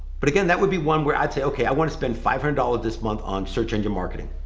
but again, that would be one where i'd say, okay, i want to spend five hundred dollars this month on search engine marketing.